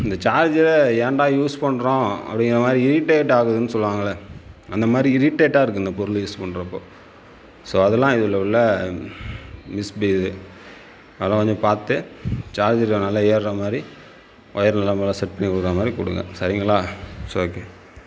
இந்த சார்ஜரை ஏன்டா யூஸ் பண்ணுறோம் அப்படிங்கிற மாதிரி இரிடேட் ஆகுதுன்னு சொல்வாங்கள்ல அந்த மாதிரி இரிடேட்டாக இருக்கு இந்த பொருள் யூஸ் பண்ணுறப்போ ஸோ அதெல்லாம் இதில் உள்ள மிஸ் இது அதலாம் கொஞ்சம் பார்த்து சார்ஜரு நல்லா ஏறுகிற மாதிரி ஒயரு நல்லா மேலே செட் பண்ணி கொடுக்கறா மாதிரி கொடுங்க சரிங்களா இட்ஸ் ஓகே